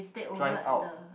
drive out